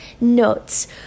notes